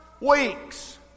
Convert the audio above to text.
weeks